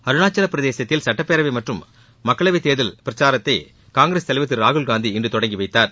அருணாச்சவப் பிரதேசத்தில் சுட்டப் பேரவை மற்றும் மக்களவைத் தேர்தல் பிரச்சாரத்தை காங்கிரஸ் தலைவர் திரு ராகுல்காந்தி இன்று தொடங்கி வைத்தார்